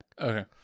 Okay